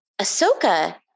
Ahsoka